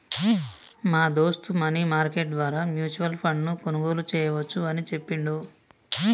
మా దోస్త్ money market ద్వారా మ్యూచువల్ ఫండ్ ను కొనుగోలు చేయవచ్చు అని చెప్పిండు